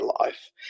life